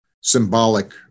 symbolic